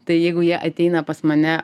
tai jeigu jie ateina pas mane